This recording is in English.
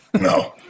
no